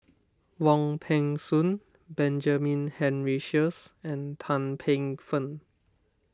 Wong Peng Soon Benjamin Henry Sheares and Tan Paey Fern